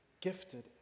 gifted